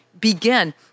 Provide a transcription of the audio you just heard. begin